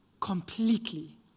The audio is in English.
completely